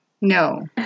No